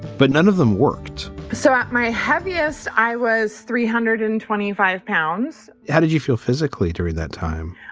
but none of them worked so at my heaviest, i was three hundred and twenty five pounds how did you feel physically during that time?